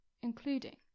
including